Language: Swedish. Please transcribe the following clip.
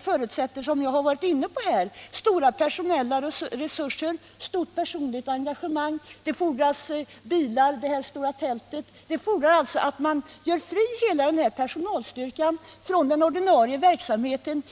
förutsätter — vilket jag tidigare varit inne på — avsevärda personella resurser, ett stort personligt engagemang, bilar, det stora tältet m.m. Det fordras att hela personalstyrkan frigörs från den ordinarie verksamheten.